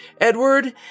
Edward